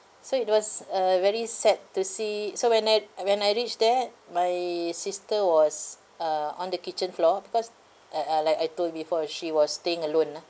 so it was a very sad to see so when I uh when I reached there my sister was uh on the kitchen floor because eh uh like I told before she was staying alone ah